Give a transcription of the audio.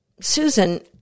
Susan